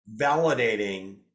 validating